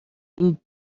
این